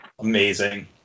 Amazing